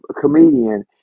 comedian